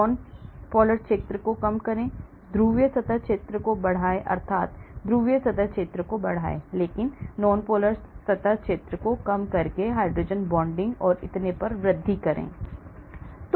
nonpolar क्षेत्र को कम करें ध्रुवीय सतह क्षेत्र को बढ़ाएं अर्थात ध्रुवीय सतह क्षेत्र को बढ़ाएं लेकिन नॉनपोलर सतह क्षेत्र को कम करके हाइड्रोजन बॉन्डिंग और इतने पर वृद्धि करें